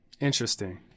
Interesting